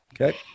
Okay